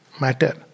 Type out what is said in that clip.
matter